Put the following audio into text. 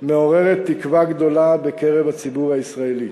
מעוררת תקווה גדולה בקרב הציבור הישראלי.